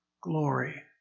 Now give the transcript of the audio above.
glory